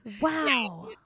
Wow